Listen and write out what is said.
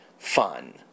Fun